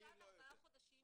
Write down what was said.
שלושה עד ארבעה חודשים,